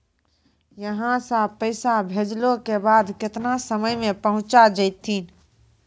यहां सा पैसा भेजलो के बाद केतना समय मे पहुंच जैतीन?